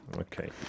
Okay